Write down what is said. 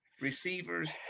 receivers